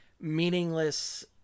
meaningless